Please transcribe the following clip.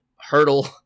hurdle